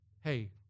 hey